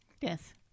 Yes